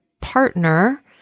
partner